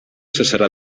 cessarà